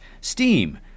Steam